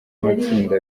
amatsinda